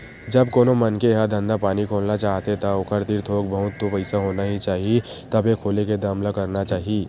जब कोनो मनखे ह धंधा पानी खोलना चाहथे ता ओखर तीर थोक बहुत तो पइसा होना ही चाही तभे खोले के दम ल करना चाही